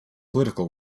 political